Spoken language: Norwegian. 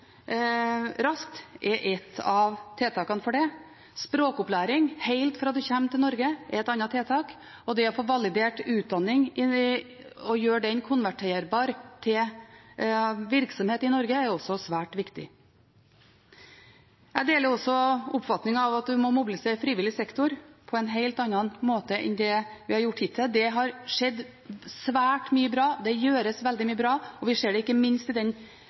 raskt er et av tiltakene for det. Språkopplæring helt fra en kommer til Norge, er et annet tiltak, og det å få validert utdanning og gjøre den konverterbar til virksomhet i Norge er også svært viktig. Jeg deler også den oppfatning at en må mobilisere frivillig sektor på en helt annen måte enn det vi har gjort hittil. Det har skjedd svært mye bra, det gjøres veldig mye bra, og vi ser det ikke minst i den